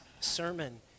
sermon